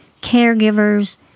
caregivers